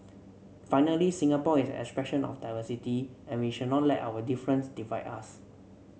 finally Singapore is an expression of diversity and we should not let our difference divide us